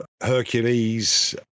Hercules